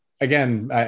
again